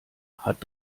hat